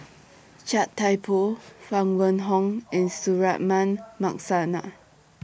Chia Thye Poh Huang Wenhong and Suratman Markasan La